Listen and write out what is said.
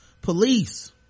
Police